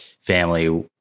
family